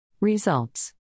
Results